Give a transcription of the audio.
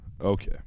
Okay